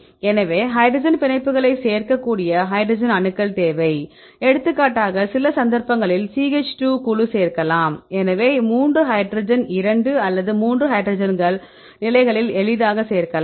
எனவே ஹைட்ரஜன் பிணைப்புகளை சேர்க்கக்கூடிய ஹைட்ரஜன் அணுக்கள் தேவை எடுத்துக்காட்டாகச் சில சந்தர்ப்பங்களில் CH 2 குழு சேர்க்கலாம் எனவே மூன்று ஹைட்ரஜன் 2 அல்லது 3 ஹைட்ரஜன்கள் நிலைகளில் எளிதாக சேர்க்கலாம்